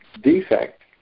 defect